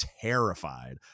terrified